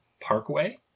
Parkway